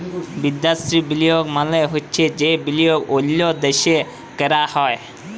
বিদ্যাসি বিলিয়গ মালে চ্ছে যে বিলিয়গ অল্য দ্যাশে ক্যরা হ্যয়